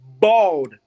Bald